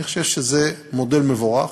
אני חושב שזה מודל מבורך,